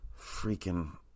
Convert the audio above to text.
freaking